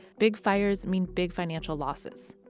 big fires mean big financial losses.